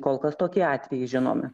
kol kas tokie atvejai žinomi